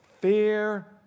Fear